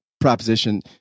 proposition